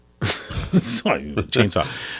Chainsaw